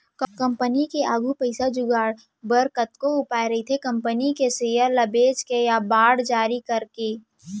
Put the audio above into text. company के आघू पइसा जुगाड़ बर कतको उपाय रहिथे कंपनी के सेयर ल बेंच के या बांड जारी करके